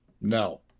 No